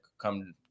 come